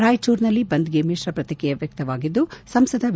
ರಾಯಚೂರಿನಲ್ಲಿ ಬಂದ್ಗೆ ಮಿತ್ರ ಪ್ರತಿಕ್ರಿಯೆ ವ್ಯಕ್ತವಾಗಿದ್ದು ಸಂಸದ ಬಿ